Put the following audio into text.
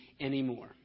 anymore